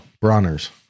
Bronner's